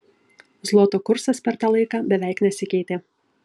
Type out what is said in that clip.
zloto kursas per tą laiką beveik nesikeitė